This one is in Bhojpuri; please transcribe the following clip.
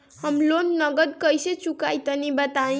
हम लोन नगद कइसे चूकाई तनि बताईं?